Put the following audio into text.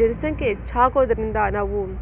ಜನ ಸಂಖ್ಯೆ ಹೆಚ್ಚಾಗೋದ್ರಿಂದ ನಾವು